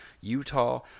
Utah